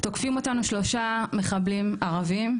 תוקפים אותנו שלושה מחבלים ערבים,